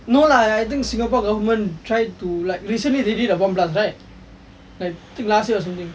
no lah I think singapore government tried to like recently they did a bomb blast right like last year or something